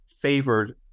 favored